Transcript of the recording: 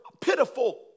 pitiful